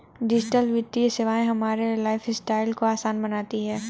digital वित्तीय सेवाएं हमारे लाइफस्टाइल को आसान बनाती हैं